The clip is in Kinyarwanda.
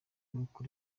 nuko